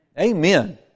Amen